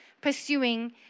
pursuing